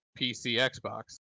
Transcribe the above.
PC-Xbox